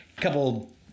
couple